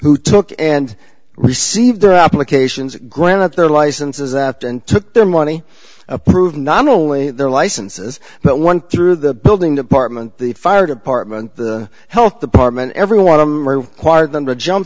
who took and received their applications granted their licenses after and took their money approved nominally their licenses but one through the building department the fire department the health department every one of them are quire them to jump